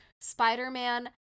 Spider-Man